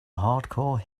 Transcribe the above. hardcore